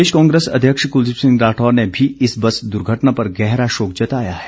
प्रदेश कांग्रेस अध्यक्ष कुलदीप सिंह राठौर ने भी इस बस दुर्घटना पर गहरा शोक जताया है